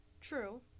True